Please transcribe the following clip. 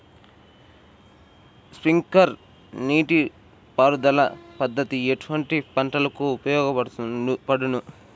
Sprinkler నీటిపారుదల పద్దతి ఎటువంటి పంటలకు ఉపయోగపడును?